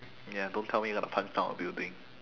ya don't tell me that you'll punch down a building